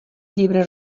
llibre